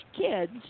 kids